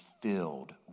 filled